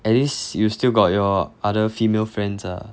at least you still got your other female friends ah